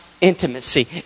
intimacy